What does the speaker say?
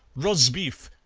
rosbif,